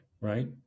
right